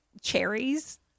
cherries